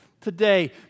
today